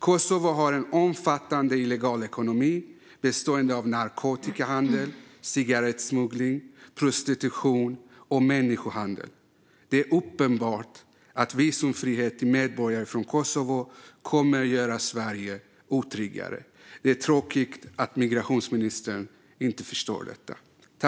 Kosovo har en omfattande illegal ekonomi bestående av narkotikahandel, cigarettsmuggling, prostitution och människohandel. Det är uppenbart att visumfrihet till medborgare från Kosovo kommer att göra Sverige otryggare. Det är tråkigt att migrationsministern inte förstår detta.